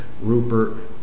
Rupert